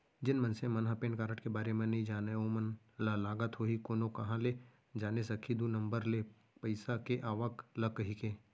जेन मनखे मन ह पेन कारड के बारे म नइ जानय ओमन ल लगत होही कोनो काँहा ले जाने सकही दू नंबर ले पइसा के आवक ल कहिके